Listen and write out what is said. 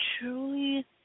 truly